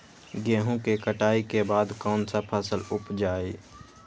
गेंहू के कटाई के बाद कौन सा फसल उप जाए?